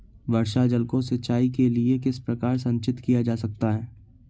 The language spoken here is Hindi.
वर्षा जल को सिंचाई के लिए किस प्रकार संचित किया जा सकता है?